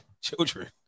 children